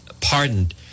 pardoned